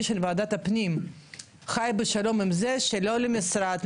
של ועדת הפנים חי בשלום עם זה שלא למשרד,